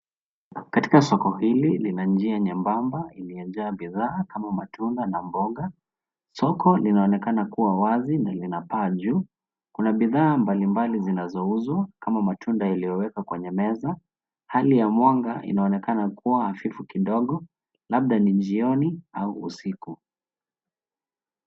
Katika soko hili lina njia nyembamba iliyo jaa bidhaa kama matunda na mboga. Soko linaonekana kuwa wazi na lina paa juu. Kuna bidhaa mbalimbali zinazouzwa kama matunda yaliyowekwa kwenye meza. Hali ya mwanga inaonekana kuwa hafifu kidogo labda ni jioni au usiku.